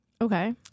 Okay